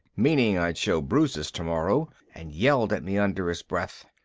meaning i'd show bruises tomorrow, and yelled at me under his breath,